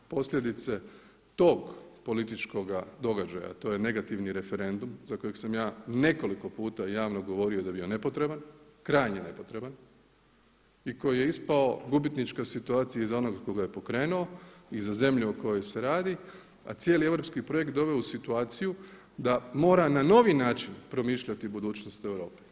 Posljedice tog političkoga događaja a to je negativni referendum za kojeg sam ja nekoliko puta javno govorio da je bio nepotreban, krajnje nepotreban i koji je ispao gubitnička situacija i za onoga tko ga je pokrenuo i za zemlju o kojoj se radi a cijeli europski projekt doveo u situaciju da mora na novi način promišljati o budućnosti Europe.